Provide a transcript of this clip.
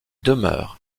demeurent